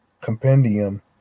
compendium